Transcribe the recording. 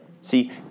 See